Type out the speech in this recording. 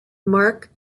mark